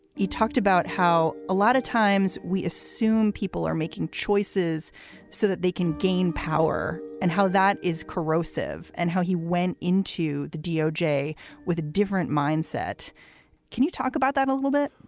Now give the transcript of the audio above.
he talked about how a lot of times we assume people are making choices so that they can gain power and how that is corrosive and how he went into the doj with a different mindset can you talk about that a little bit?